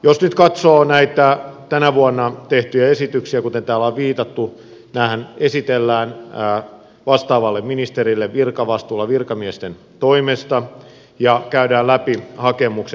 jos nyt katsoo näitä tänä vuonna tehtyjä esityksiä kuten täällä on viitattu nämähän esitellään vastaavalle ministerille virkavastuulla virkamiesten toimesta ja käydään läpi hakemukset